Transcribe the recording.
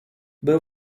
był